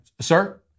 Sir